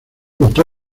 votó